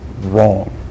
wrong